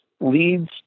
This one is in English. leads